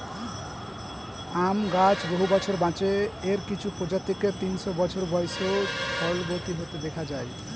আম গাছ বহু বছর বাঁচে, এর কিছু প্রজাতিকে তিনশো বছর বয়সেও ফলবতী হতে দেখা যায়